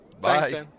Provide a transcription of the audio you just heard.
Bye